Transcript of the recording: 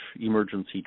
emergency